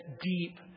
deep